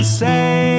say